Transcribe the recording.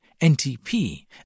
NTP